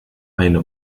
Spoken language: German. eine